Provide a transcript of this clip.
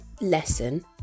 lesson